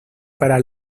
para